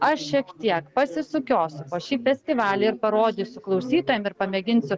aš šiek tiek pasisukiosiu po šį festivalį ir parodysiu klausytojam ir pamėginsiu